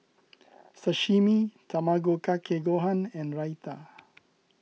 Sashimi Tamago Kake Gohan and Raita